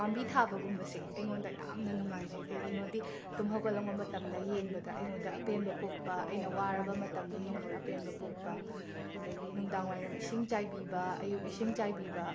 ꯄꯥꯝꯕꯤ ꯊꯥꯕꯒꯨꯝꯕꯁꯦ ꯑꯩꯉꯣꯟꯗ ꯌꯥꯝꯅ ꯅꯨꯡꯉꯥꯏꯖꯩ ꯀꯩꯒꯤꯅꯣꯗꯤ ꯇꯨꯝꯕ ꯍꯧꯒꯠꯂꯛꯄ ꯃꯇꯝꯗ ꯌꯦꯡꯕꯗ ꯑꯩꯉꯣꯟꯗ ꯑꯄꯦꯟꯕ ꯄꯣꯛꯄ ꯑꯩꯅ ꯋꯥꯔꯕ ꯃꯇꯝꯗ ꯌꯦꯡꯕꯗ ꯑꯄꯦꯟꯕ ꯄꯣꯛꯄ ꯑꯗꯒꯤ ꯅꯨꯡꯗꯥꯡ ꯋꯥꯏꯔꯝ ꯏꯁꯤꯡ ꯆꯥꯏꯕꯤꯕ ꯑꯌꯨꯛ ꯏꯁꯤꯡ ꯆꯥꯏꯕꯤꯕ